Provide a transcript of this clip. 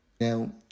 Now